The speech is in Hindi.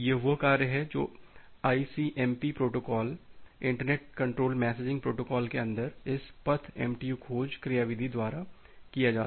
तो यह वह कार्य है जो ICMP protocol internet control messaging protocol के अंदर इस पथ एमटीयू खोज क्रियाविधि द्वारा किया जाता है